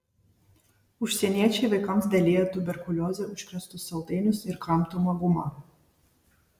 užsieniečiai vaikams dalija tuberkulioze užkrėstus saldainius ir kramtomą gumą